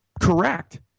correct